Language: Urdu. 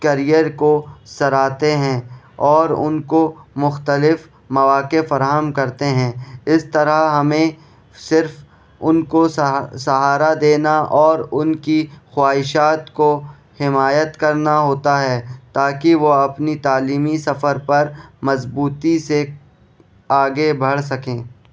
کریئر کو سراہتے ہیں اور ان کو مختلف مواقع فراہم کرتے ہیں اس طرح ہمیں صرف ان کو سہا سہارا دینا اور ان کی خواہشات کو حمایت کرنا ہوتا ہے تاکہ وہ اپنی تعلیمی سفر پر مضبوطی سے آگے بڑھ سکیں